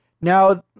now